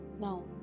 Now